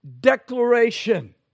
declaration